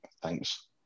Thanks